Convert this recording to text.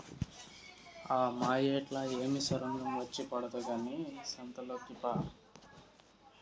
ఆ మాయేట్లా ఏమి సొరంగం వచ్చి పడదు కానీ సంతలోకి పా